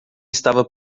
estava